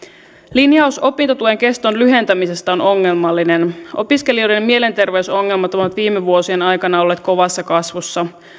linjaus opintotuen keston lyhentämisestä on ongelmallinen opiskelijoiden mielenterveysongelmat ovat viime vuosien aikana olleet kovassa kasvussa